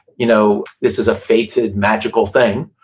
you know, this is a fated, magical thing.